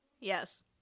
yes